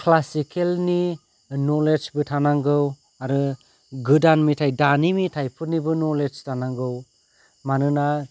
क्लासिकेलनि नलेजबो थानांगौ आरो गोदान मेथाइ दानि मेथाइफोरनिबो नलेज थानांगौ मानोना